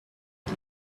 has